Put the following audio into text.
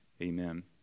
Amen